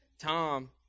Tom